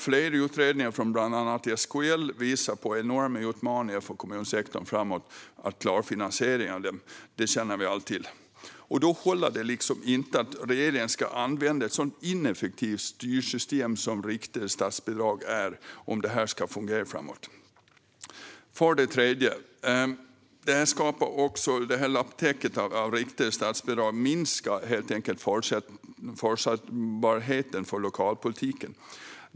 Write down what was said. Flera utredningar, från bland annat SKL, visar också på enorma utmaningar för kommunsektorn framöver när det gäller att klara finansieringen. Det känner vi alla till. Om det här ska fungera håller det inte att regeringen använder ett sådant ineffektivt styrsystem som riktade statsbidrag. Den tredje effekten är att det här lapptäcket av riktade statsbidrag minskar förutsägbarheten för lokalpolitikerna.